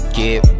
get